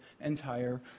entire